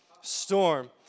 storm